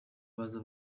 baza